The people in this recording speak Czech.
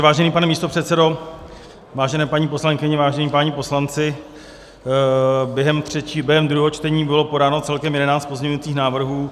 Vážený pane místopředsedo, vážené paní poslankyně, vážení páni poslanci, během druhého čtení bylo podáno celkem 11 pozměňovacích návrhů.